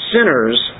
sinners